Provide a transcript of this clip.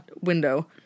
window